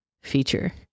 feature